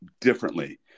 differently